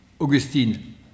Augustine